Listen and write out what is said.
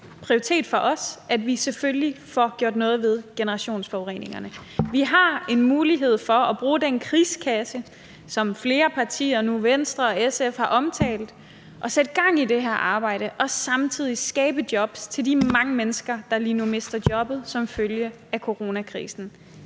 prioritet for os, at vi selvfølgelig får gjort noget ved generationsforureningerne. Vi har en mulighed for at bruge den krigskasse, som flere partier – nu Venstre og SF – har omtalt, og sætte gang i det her arbejde og samtidig skabe jobs til de mange mennesker, der lige nu mister jobbet som følge af coronakrisen.